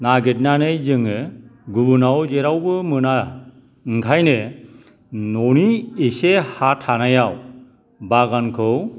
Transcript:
नागिरनानै जोङो गुबुनाव जेरावबो मोना ओंखायनो न'नि एसे हा थानायाव बागानखौ